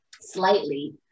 slightly